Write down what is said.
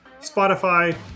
Spotify